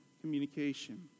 communication